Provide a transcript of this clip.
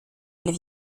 elles